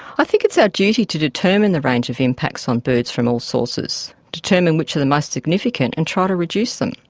i think it's our duty to determine the range of impacts on birds from all sources, determine which are the most significant and try to reduce them.